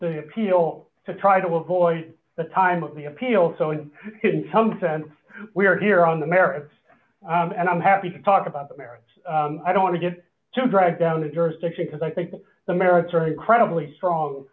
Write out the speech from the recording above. the appeal to try to avoid the time of the appeal so in some sense we are here on the merits and i'm happy to talk about the merits i don't want to just jump right down the jurisdiction because i think the merits are incredibly strong